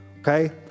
Okay